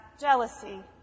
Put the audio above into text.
jealousy